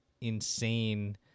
insane